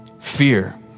fear